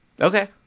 Okay